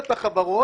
-- השר,